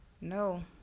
No